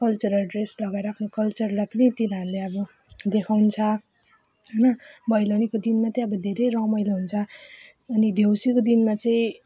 cultural dress लगाएर आफ्नो कल्चरलाई पनि तिनीहरूले अब देखाउँछ होइन भैलेनीको दिनमा चाहिँ अब धेरै रमाइलो हुन्छ अनि देउसीको दिनमा चाहिँ